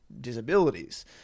disabilities